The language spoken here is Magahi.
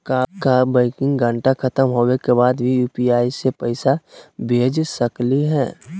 का बैंकिंग घंटा खत्म होवे के बाद भी यू.पी.आई से पैसा भेज सकली हे?